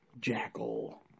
Jackal